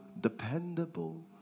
dependable